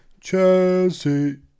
Chelsea